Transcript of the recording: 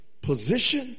position